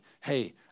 hey